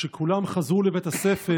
כשכולם חזרו לבית הספר